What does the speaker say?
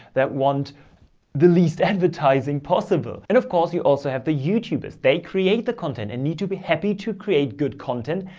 that want the least advertising possible. and of course, you also have the youtube kids. they create the content and need to be happy to create good content,